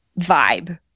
vibe